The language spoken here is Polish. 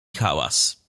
hałas